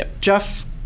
Jeff